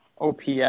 OPS